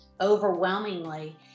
overwhelmingly